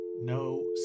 no